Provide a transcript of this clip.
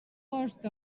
post